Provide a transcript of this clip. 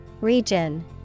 Region